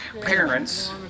parents